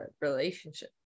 relationship